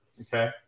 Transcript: Okay